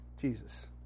Jesus